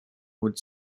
would